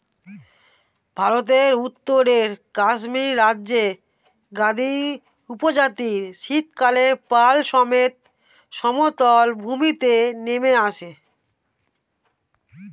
ভারতের উত্তরে কাশ্মীর রাজ্যের গাদ্দী উপজাতি শীতকালে পাল সমেত সমতল ভূমিতে নেমে আসে